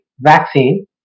vaccine